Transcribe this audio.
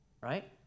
Right